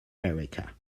erika